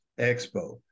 expo